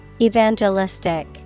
Evangelistic